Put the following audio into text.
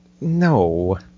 no